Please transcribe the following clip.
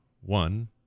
one